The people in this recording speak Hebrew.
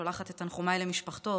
אני שולחת את תנחומיי למשפחתו.